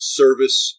service